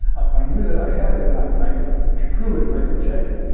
i knew that i had it, and i i could prove it, and i could check it,